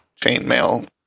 chainmail